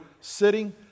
sitting